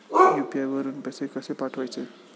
UPI वरून पैसे कसे पाठवायचे?